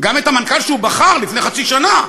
גם המנכ"ל שהוא בחר לפני חצי שנה,